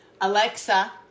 Alexa